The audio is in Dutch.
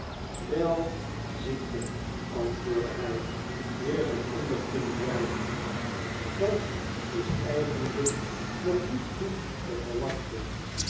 wel ziet ge antwoordde hij weer zijn onderkin wrijvend dat is eigenlijk nog niet goed te verwachten